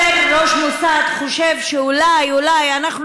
כאשר ראש מוסד חושב: אולי אולי אנחנו